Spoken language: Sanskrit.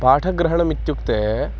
पाठग्रहणम् इत्युक्ते